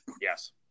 Yes